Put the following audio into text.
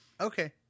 Okay